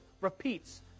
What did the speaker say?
repeats